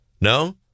No